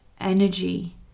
energy